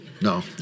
No